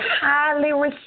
highly